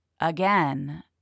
Again